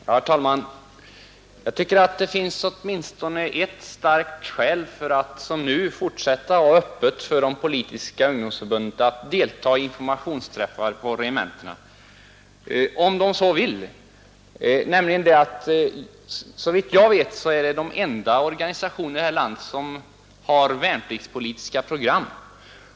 Herr talman! Jag tycker att det finns åtminstone ett starkt skäl för att även i fortsättningen lämna möjligheten öppen för de politiska ungdomsförbunden att delta i informationsträffarna på regementena, om de så vill, nämligen att de såvitt jag vet är de enda organisationer i vårt land som har värnpliktspolitiska program.